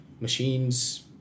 machines